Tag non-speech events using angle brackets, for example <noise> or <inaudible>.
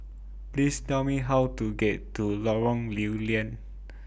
Please Tell Me How to get to Lorong Lew Lian <noise>